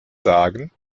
sagen